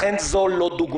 לכן, זו לא דוגמה.